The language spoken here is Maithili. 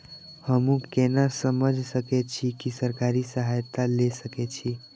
हमू केना समझ सके छी की सरकारी सहायता ले सके छी?